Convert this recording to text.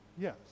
Yes